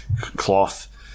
cloth